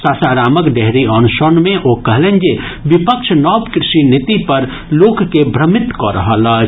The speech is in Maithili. सासारामक डेहरी आन सोन मे ओ कहलनि जे विपक्ष नव कृषि नीति पर लोक के भ्रमित कऽ रहल अछि